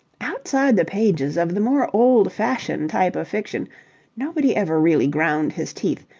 outside the pages of the more old-fashioned type of fiction nobody ever really ground his teeth,